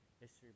history